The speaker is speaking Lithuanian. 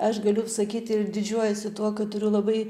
aš galiu sakyt ir didžiuojuosi tuo kad turiu labai